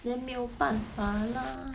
then 没有办法 lah